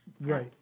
right